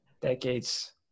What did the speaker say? decades